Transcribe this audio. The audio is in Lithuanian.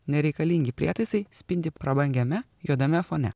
nereikalingi prietaisai spindi prabangiame juodame fone